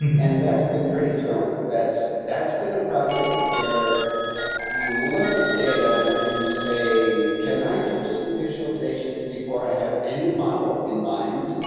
and that's been pretty thrilling. that's that's been a project where you look at data and you say, can i do some visualization before i have any model in mind,